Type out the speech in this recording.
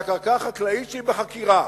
אלא קרקע חקלאית שהיא בחכירה,